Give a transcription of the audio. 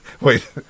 wait